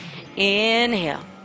Inhale